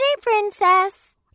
princess